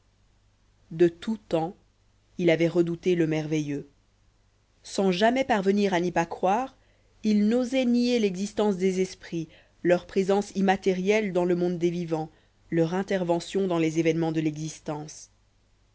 de tous temps il avait redouté le merveilleux sans jamais parvenir à n'y pas croire il n'osait nier l'influence des esprits leur présence immatérielle dans le monde des vivants leur intervention dans les événements de l'existence